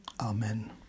Amen